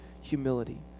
humility